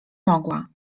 mogła